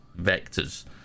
vectors